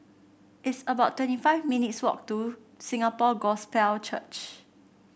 it's about twenty five minutes' walk to Singapore Gospel Church